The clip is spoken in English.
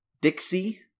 Dixie